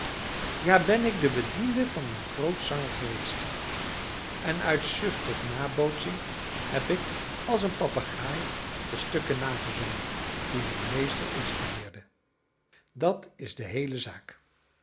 ja ben ik de bediende van een groot zanger geweest en uit zucht tot nabootsing heb ik als een papegaai de stukken nagezongen die mijn meester instudeerde dat is de heele zaak